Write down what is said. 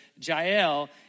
Jael